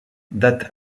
date